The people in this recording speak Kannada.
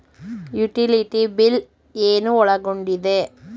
ಯುಟಿಲಿಟಿ ಬಿಲ್ ಏನು ಒಳಗೊಂಡಿದೆ?